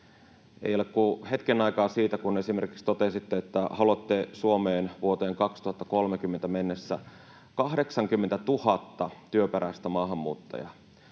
Ei ole kuin hetken aikaa siitä, kun esimerkiksi totesitte, että haluatte Suomeen vuoteen 2030 mennessä 80 000 työperäistä maahanmuuttajaa,